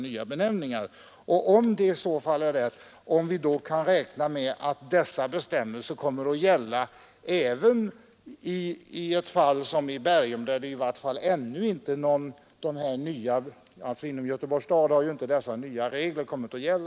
Kan vi, om så är fallet, räkna med att dessa bestämmelser kommer att gälla även för Bergum? I Göteborgs kommun har dessa nya bestämmelser för fastighetsregistrering ännu inte börjat gälla.